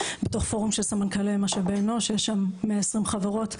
בתוך פורום של סמנכ"לי משאבי אנוש שיש שם 120 חברות,